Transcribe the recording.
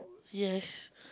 yes